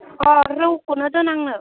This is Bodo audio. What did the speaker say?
अ रौखौनो दोन आंनो